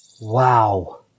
Wow